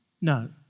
No